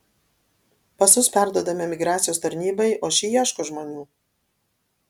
pasus perduodame migracijos tarnybai o ši ieško žmonių